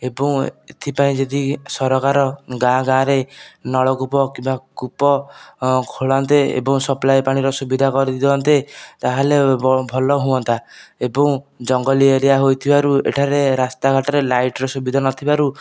ଏବଂ ଏଥିପାଇଁ ଯଦି ସରକାର ଗାଁ ଗାଁ ରେ ନଳକୂପ କିମ୍ବା କୂପ ଖୋଳନ୍ତେ ଏବଂ ସପ୍ଲାୟ ପାଣିର ସୁବିଧା କରିଦିଅନ୍ତେ ତାହେଲେ ଭଲ ହୁଅନ୍ତା ଏବଂ ଜଙ୍ଗଲୀ ଏରିଆ ହୋଇଥିବାରୁ ଏଠାରେ ରାସ୍ତା ଘାଟରେ ଲାଇଟ ର ସୁବିଧା ନ ଥିବାରୁ